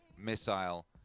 missile